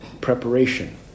preparation